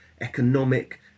economic